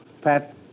Pat